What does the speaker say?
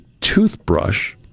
toothbrush